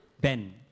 Ben